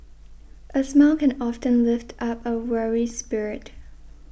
a smile can often lift up a weary spirit